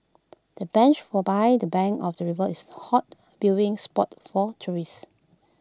the bench or by the bank of the river is too hot viewing spot for tourists